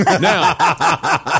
now